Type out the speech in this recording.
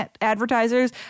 advertisers